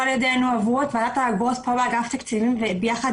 על ידינו ועברו את ועדת האגרות עם אגף התקציבים וכל